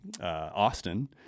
Austin